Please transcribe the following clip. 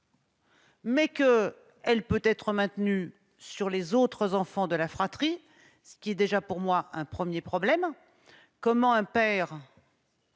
déduis qu'elle peut être maintenue sur les autres enfants de la fratrie, ce qui, selon moi, pose un premier problème. Comment un père-